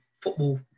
football